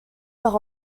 par